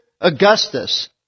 Augustus